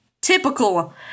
typical